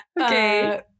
Okay